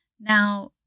Now